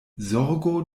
zorgu